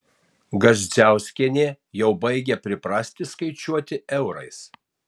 gazdziauskienė jau baigia priprasti skaičiuoti eurais